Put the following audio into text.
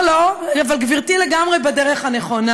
לא, לא, אבל גברתי לגמרי בדרך הנכונה.